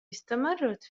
استمرت